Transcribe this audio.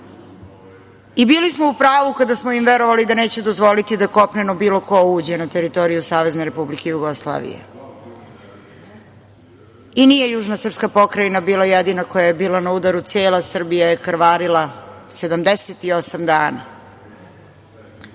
i bili smo u pravu kada smo im verovali da neće dozvoliti da kopneno bilo ko uđe na teritoriju Savezne Republike Jugoslavije. Nije južna srpska pokrajina bila jedina koja je bila na udaru, cela Srbija je krvarila 78